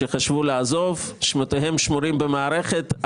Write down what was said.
שמותיהם שמורים במערכת.